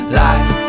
life